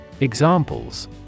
Examples